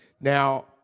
Now